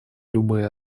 любые